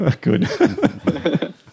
Good